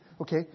Okay